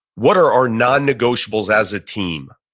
what are our non-negotiables as a team?